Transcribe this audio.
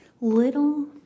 little